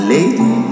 Lady